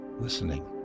listening